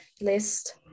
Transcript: list